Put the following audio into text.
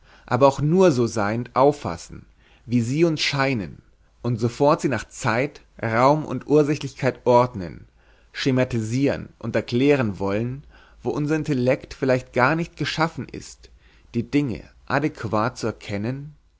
aber auch nur so seiend auffassen wie sie uns scheinen und sofort sie nach zeit raum und ursächlichkeit ordnen schematisieren und erklären wollen wo unser intellekt vielleicht garnicht geschaffen ist die dinge adäquat zu erkennen